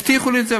הבטיחו לי את זה,